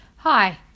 Hi